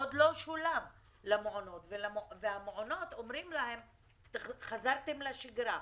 עוד לא שולם למעונות ולמעונות אומרים שחזרו לשגרה.